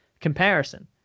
comparison